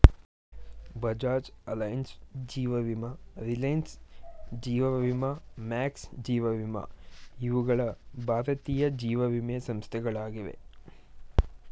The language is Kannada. ಬಜಾಜ್ ಅಲೈನ್ಸ್, ಜೀವ ವಿಮಾ ರಿಲಯನ್ಸ್, ಜೀವ ವಿಮಾ ಮ್ಯಾಕ್ಸ್, ಜೀವ ವಿಮಾ ಇವುಗಳ ಭಾರತೀಯ ಜೀವವಿಮೆ ಸಂಸ್ಥೆಗಳಾಗಿವೆ